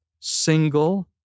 single